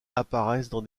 apparaissent